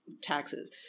taxes